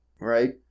Right